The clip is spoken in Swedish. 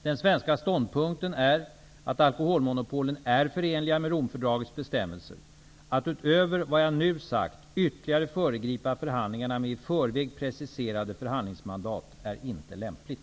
Den svenska ståndpunkten är att alkoholmonopolen är förenliga med Romfördragets bestämmelser. Att utöver vad jag nu sagt ytterligare föregripa förhandlingarna med i förväg preciserade förhandlingsmandat är inte lämpligt.